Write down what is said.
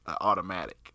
automatic